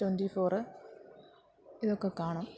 twenty four ഇതൊക്കെ കാണും